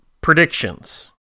predictions